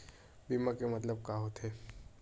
बीमा के मतलब का होथे?